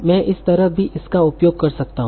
मैं इस तरह भी इसका उपयोग कर सकता हू